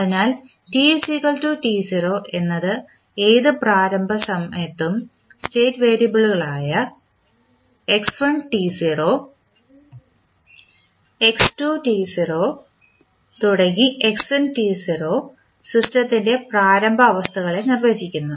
അതിനാൽ t t0 എന്ന ഏത് പ്രാരംഭ സമയത്തും സ്റ്റേറ്റ് വേരിയബിളുകളായ x1 x2 xn സിസ്റ്റത്തിന്റെ പ്രാരംഭ അവസ്ഥകളെ നിർവചിക്കുന്നു